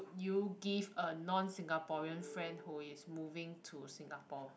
you give a non singaporean friend who is moving to singapore